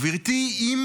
גברתי, אם